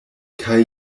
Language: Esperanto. kaj